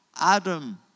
Adam